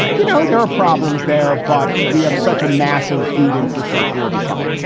you know, there are problems there, but we have such a massive food infrastructure, we'll be fine.